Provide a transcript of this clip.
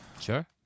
Sure